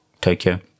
tokyo